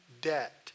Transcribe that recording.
debt